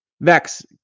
Vex